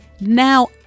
now